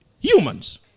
Humans